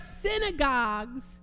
synagogues